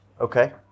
Okay